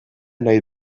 nahi